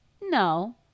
no